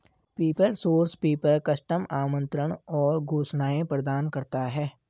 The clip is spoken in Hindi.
पेपर सोर्स पेपर, कस्टम आमंत्रण और घोषणाएं प्रदान करता है